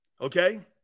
Okay